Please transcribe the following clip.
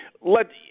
let